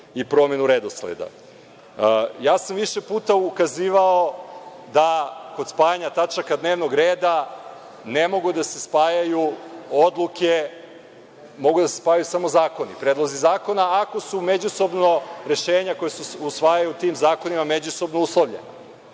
i promenu redosleda. Više puta sam ukazivao da kod spajanja tačaka dnevnog reda ne mogu da se spajaju odluke, mogu da se spajaju samo predlozi zakona, ako su međusobno rešenja koja se usvajaju tim zakonima međusobno uslovljena.